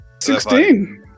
16